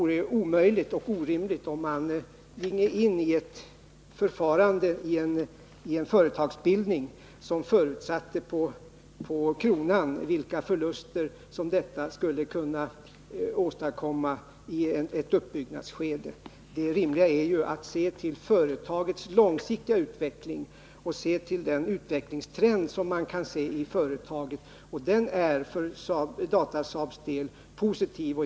Det vore orimligt om mani en företagsbildning ginge in i ett förfarande som förutsatte på kronan när vilka förluster som skulle uppkomma i ett uppbyggnadsskede. Det rimliga är ju att se till företagets långsiktiga utveckling och den utvecklingstrend som man kan se i företaget. Den är för Datasaabs del positiv.